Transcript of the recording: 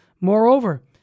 Moreover